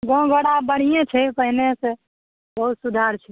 गामघर आब बढ़िएँ छै पहिलेसे बहुत सुधार छै